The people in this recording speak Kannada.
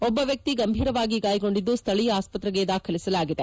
ಒಬ್ಬ ವ್ಯಕ್ತಿ ಗಂಭೀರವಾಗಿ ಗಾಯಗೊಂಡಿದ್ದು ಸ್ಥಳೀಯ ಆಸ್ಪತ್ರೆಗೆ ದಾಖಲಿಸಲಾಗಿದೆ